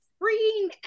Freeing